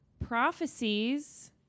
prophecies